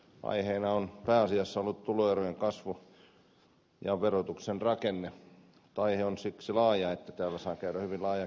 aiheena on pääasiassa ollut tuloerojen kasvu ja verotuksen rakenne mutta aihe on siksi laaja että täällä saa käydä hyvin laajaa keskustelua